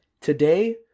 today